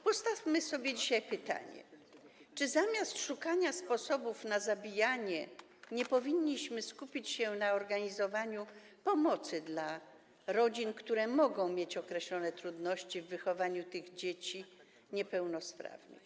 Postawmy sobie dzisiaj pytanie, czy zamiast szukania sposobów na zabijanie nie powinniśmy skupić się na organizowaniu pomocy dla rodzin, które mogą mieć określone trudności w wychowaniu dzieci niepełnosprawnych.